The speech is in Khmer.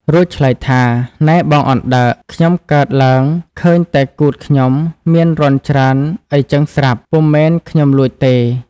រួចឆ្លើយថា៖ "នែបងអណ្ដើក! ខ្ញុំកើតឡើងឃើញតែគូទខ្ញុំមានរន្ធច្រើនអីចឹងស្រាប់ ពុំមែនខ្ញុំលួចទេ!"។